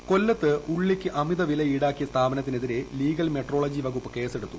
ഉള്ളിവില കൊല്ലത്ത് ഉളളിക്ക് അമിതവില ഈടാക്കിയ സ്ഥാപനത്തിനെതിരെ ലീഗൽ മെട്രോളജി വകുപ്പ് കേസെടുത്തു